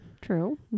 true